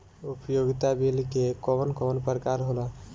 उपयोगिता बिल के कवन कवन प्रकार होला?